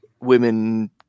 women